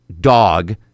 dog